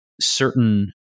certain